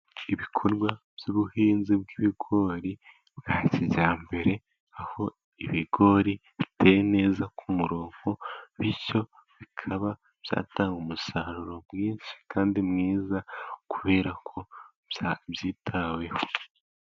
Ibikorwa by'ubuhinzi bw'ibigori bwa kijyambere, aho ibigori biteye neza ku murongo, bityo bikaba byatanga umusaruro mwinshi kandi mwiza kubera ko byitaweho.